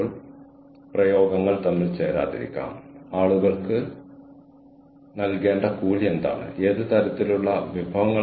ആളുകൾക്ക് ഒരു മണിക്കൂർ ശ്രദ്ധ കേന്ദ്രീകരിക്കാൻ വളരെ ബുദ്ധിമുട്ടാണ് എന്ന ഫീഡ്ബാക്ക് നമ്മൾക്ക് ലഭിച്ചു